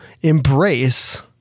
embrace